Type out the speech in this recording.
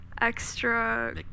Extra